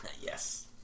Yes